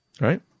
right